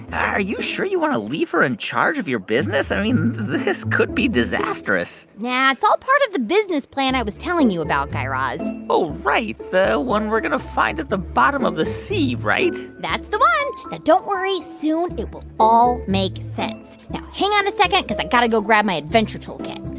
are you sure you want to leave her in charge of your business? i mean, this could be disastrous nah, it's all part of the business plan i was telling you about, guy raz oh, right, the one we're going to find at the bottom of the sea, right? that's the one. but don't worry soon it will all make sense. now hang on a second because i got to go grab my adventure toolkit.